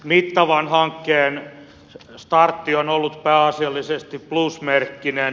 mittavan hankkeen startti on ollut pääasiallisesti plusmerkkinen